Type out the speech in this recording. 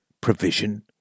provision